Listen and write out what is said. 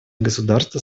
государства